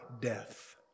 death